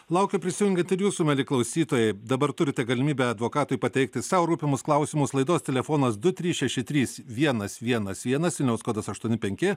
laukiu prisijungiant ir jūsų mieli klausytojai dabar turite galimybę advokatui pateikti sau rūpimus klausimus laidos telefonas du trys šeši trys vienas vienas vienas vilniaus kodas aštuoni penki